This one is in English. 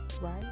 right